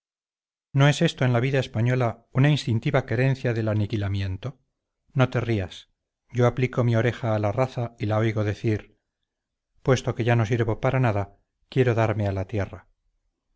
no es esto en la vida española una instintiva querencia del aniquilamiento no te rías yo aplico mi oreja a la raza y la oigo decir puesto que ya no sirvo para nada quiero darme a la tierra